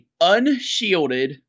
unshielded